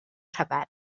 rhyfedd